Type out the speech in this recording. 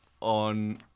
on